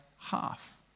half